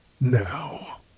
now